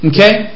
Okay